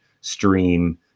stream